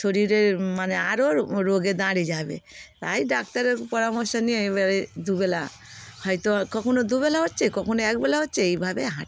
শরীরের মানে আরও রোগে দাঁড়িয়ে যাবে তাই ডাক্তারের পরামর্শ নিয়ে এবারে দুবেলা হয়তো কখনো দুবেলা হচ্ছে কখনো একবেলা হচ্ছে এইভাবে হাঁটতে থাকি